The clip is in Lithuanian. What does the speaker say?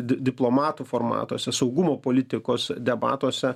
diplomatų formatuose saugumo politikos debatuose